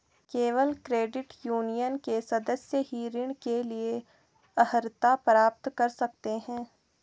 केवल credit union के सदस्य ही ऋण के लिए अर्हता प्राप्त कर सकते हैं